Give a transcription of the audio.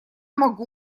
могу